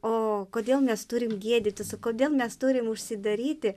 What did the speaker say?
o kodėl mes turim gėdytis o kodėl mes turim užsidaryti